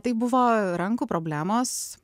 tai buvo rankų problemos